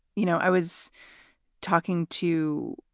you know, i was talking to.